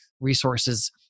resources